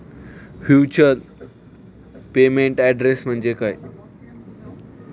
Virtual payment address म्हणजे काय?